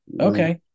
okay